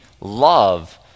love